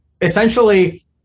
essentially